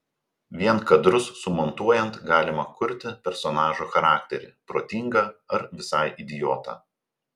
vien kadrus sumontuojant galima kurti personažo charakterį protingą ar visai idiotą